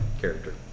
character